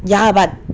ya but